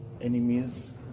Enemies